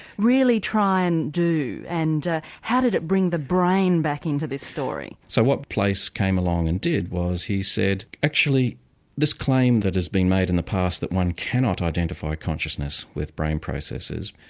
really try and do, and how did it bring the brain back into this story? so what place came along and did was he said, actually this claim that has been made in the past that one cannot identify consciousness with brain processes.